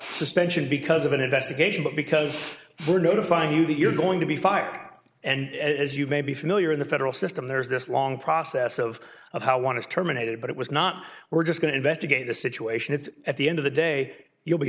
suspension because of an investigation but because her notify you that you're going to be fired and as you may be familiar in the federal system there is this long process of of how want to terminated but it was not we're just going to investigate the situation it's at the end of the day you'll be